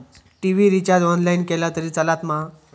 TV recharge online केला तरी चलात मा?